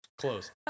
close